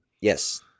Yes